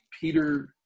Peter